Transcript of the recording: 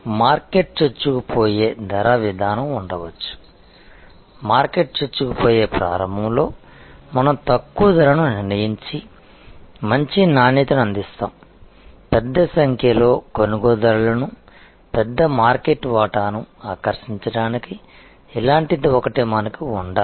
market చొచ్చుకుపోయే ధర విధానం ఉండవచ్చు మార్కెట్ చొచ్చుకుపోయే ప్రారంభంలో మనం తక్కువ ధరను నిర్ణయించి మంచి నాణ్యతను అందిస్తాము పెద్ద సంఖ్యలో కొనుగోలుదారులను పెద్ద మార్కెట్ వాటాను ఆకర్షించడానికి ఇలాంటిది ఒకటి మనకు ఉండాలి